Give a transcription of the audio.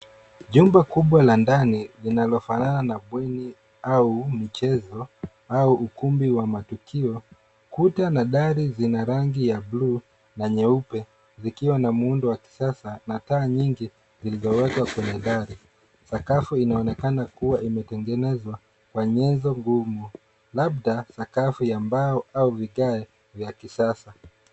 Jumba kubwa la ndani linalofanana na holi au mchezo au ukumbi wa matukio. Kuta na dari zina rangi ya bluu na nyeupe zikiwa na muundo wa kisasa na taa nyingi zilizowekwa kwenye dari. Sakafu inaonekana kuwa imetengenezwa kwa nyenzo ngumu labda sakafu ya mbao au vigae vya kisasa.